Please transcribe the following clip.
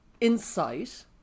insight